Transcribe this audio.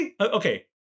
okay